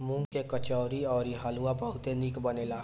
मूंग के कचौड़ी अउरी हलुआ बहुते निक बनेला